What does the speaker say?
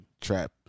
trap